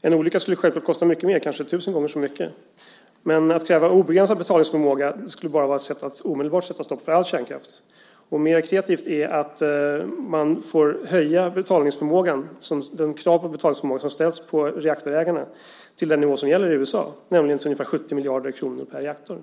En olycka skulle självklart kosta mycket mer, kanske tusen gånger så mycket. Men att kräva obegränsad betalningsförmåga skulle bara vara ett sätt att omedelbart sätta stopp för all kärnkraft. Mer kreativt är att höja de krav på betalningsförmåga som ställs på reaktorägarna till den nivå som gäller i USA, nämligen ungefär 70 miljarder kronor per reaktor.